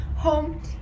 Home